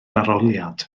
arholiad